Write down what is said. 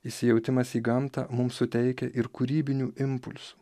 įsijautimas į gamtą mums suteikia ir kūrybinių impulsų